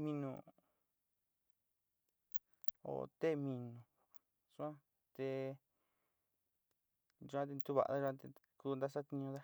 minú oó té minu suan te, suan te ntuva'ana yuan te ku ntasatiñuda.